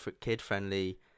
kid-friendly